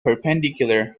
perpendicular